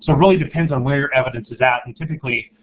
so really depends on where your evidence is at, and typically,